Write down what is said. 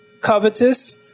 covetous